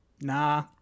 Nah